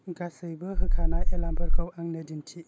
गासैबो होखानाय एलार्मफोरखौ आंनो दिन्थि